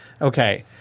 Okay